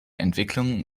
entwicklung